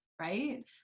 right